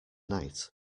night